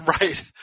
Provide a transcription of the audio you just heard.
Right